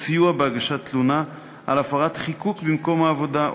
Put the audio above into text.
או סיוע בהגשת תלונה על הפרת חיקוק במקום העבודה,